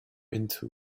into